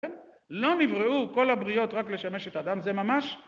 לא נבראו כל הבריאות רק לשמש את אדם זה ממש